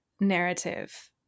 narrative